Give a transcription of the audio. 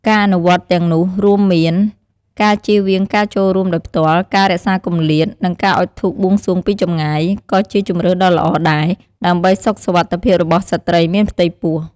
ការអនុវត្តទាំងនោះរួមមាន ការជៀសវាងការចូលរួមដោយផ្ទាល់ ការរក្សាគម្លាត និងការអុជធូបបួងសួងពីចម្ងាយ ក៏ជាជម្រើសដ៏ល្អដែរ ដើម្បីសុខសុវត្ថិភាពរបស់ស្ត្រីមានផ្ទៃពោះ។